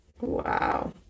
wow